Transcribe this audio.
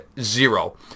zero